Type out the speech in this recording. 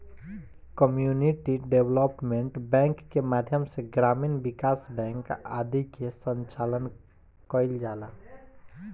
community development bank के माध्यम से ग्रामीण विकास बैंक आदि के संचालन कईल जाला